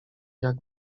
jak